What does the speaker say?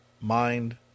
mind